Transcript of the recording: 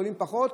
חולים פחות,